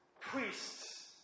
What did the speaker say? priests